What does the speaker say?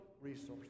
resources